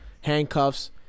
handcuffs